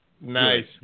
Nice